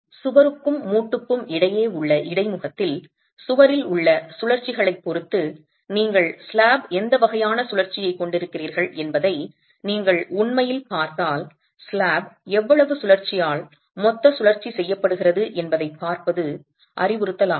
சுவருக்கும் மூட்டுக்கும் இடையே உள்ள இடைமுகத்தில் சுவரில் உள்ள சுழற்சிகளைப் பொறுத்து நீங்கள் ஸ்லாப் எந்த வகையான சுழற்சியைக் கொண்டிருக்கிறீர்கள் என்பதை நீங்கள் உண்மையில் பார்த்தால் ஸ்லாப் எவ்வளவு சுழற்சியால் மொத்த சுழற்சி செய்யப்படுகிறது என்பதைப் பார்ப்பது அறிவுறுத்தலாகும்